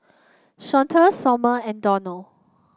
Shawnte Sommer and Donald